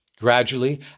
Gradually